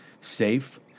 safe